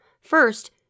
First